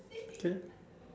K